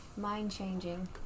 Mind-changing